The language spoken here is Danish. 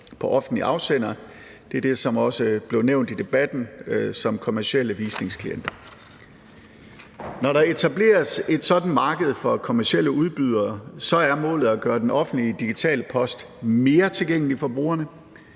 fra offentlige afsendere – det er det, som også blev nævnt i debatten som kommercielle visningsklienter. Når der etableres et sådant marked for kommercielle udbydere, er målet at gøre den offentlige digitale post mere tilgængelig for brugerne.